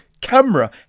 camera